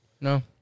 No